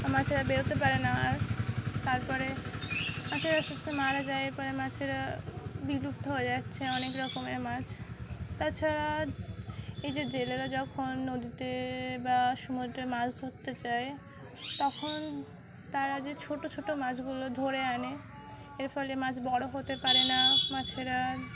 মাছেরা বেরোতে পারে না আর তারপরে মাছেরা আস্তে আস্তে মারা যায় এরপরে মাছেরা বিলুপ্ত হয়ে যাচ্ছে অনেক রকমের মাছ তাছাড়া এই যে জেলেরা যখন নদীতে বা সমুদ্রে মাছ ধরতে চায় তখন তারা যে ছোটো ছোটো মাছগুলো ধরে আনে এর ফলে মাছ বড়ো হতে পারে না মাছেরা